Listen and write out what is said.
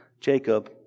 Jacob